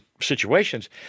situations